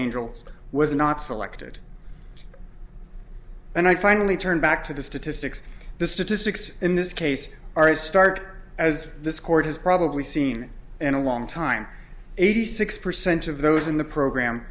angels was not selected and i finally turned back to the statistics the statistics in this case are a start as this court has probably seen in a long time eighty six percent of those in the program